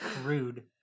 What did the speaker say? Rude